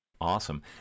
Awesome